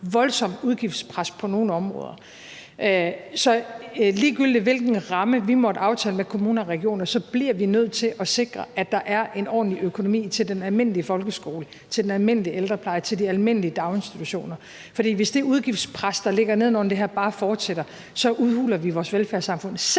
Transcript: voldsomt udgiftspres på nogle områder. Så ligegyldigt hvilken ramme vi måtte aftale med kommuner og regioner, bliver vi nødt til at sikre, at der er en ordentlig økonomi til den almindelige folkeskole, til den almindelige ældrepleje og til de almindelige daginstitutioner, for hvis det udgiftspres, der ligger neden under det her, bare fortsætter, så udhuler vi vores velfærdssamfund, selv